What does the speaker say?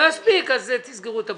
לא יספיק אז תסגרו את הבנק.